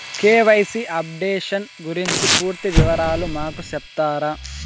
KYC updation గురించి పూర్తి వివరాలు మాకు సెప్తారా?